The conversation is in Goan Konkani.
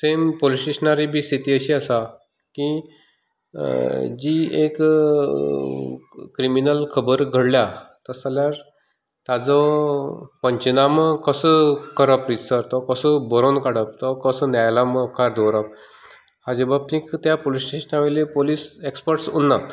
सेम पुलीस स्टेशनारूय बी स्थिती अशी आसा की जी एक क्रिमिनल खबर घडल्या तशें जाल्यार ताजो पंचनामा कसो करप रितसर तो कसो बरोवन काडप तो कसो न्यायालया मुखार दवरप हाजे बाबतींत त्या पुलीस स्टेशना वयली पुलीस एक्सपट्स आसनात